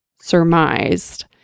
surmised